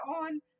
on